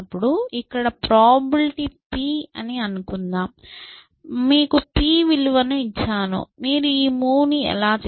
ఇక్కడ probability p అని అనుకుందాం మీకు p విలువను ఇచ్చాను మీరు ఈ మూవ్ ను ఎలా చేస్తారు